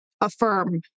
affirm